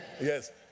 Yes